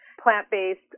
Plant-based